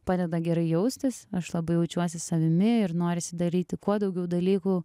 padeda gerai jaustis aš labai jaučiuosi savimi ir norisi daryti kuo daugiau dalykų